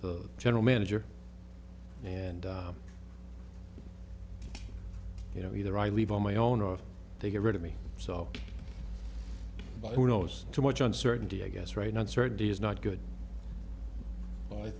the general manager and you know either i leave on my own or they get rid of me so but who knows too much uncertainty i guess right now uncertainty is not good but